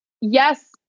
yes